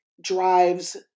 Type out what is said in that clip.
drives